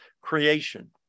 Creation